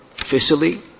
officially